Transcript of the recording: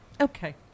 okay